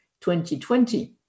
2020